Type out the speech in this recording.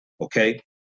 Okay